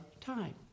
time